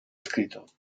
escrito